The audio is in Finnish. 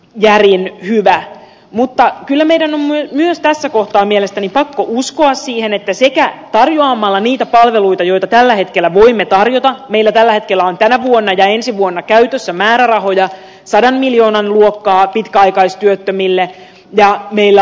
väliin hyvää mutta kyllä meidän on myös tässä kohtaa mielestäni pakko uskoa siihen ettei sitä tarjoamalla niitä palveluita joita tällä hetkellä voimme tarjota meillä tällä hetkellä on tänä vuonna ja ensi vuonna käytössä määrärahoja sadan miljoonan luokkaa pitkäaikaistyöttömille ja millä